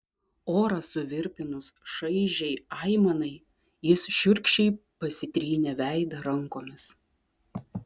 orą suvirpinus šaižiai aimanai jis šiurkščiai pasitrynė veidą rankomis